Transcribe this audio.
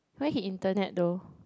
where he intern at though